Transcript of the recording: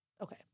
okay